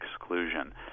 exclusion